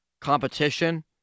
competition